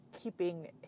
keeping